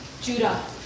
Judah